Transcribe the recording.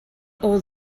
old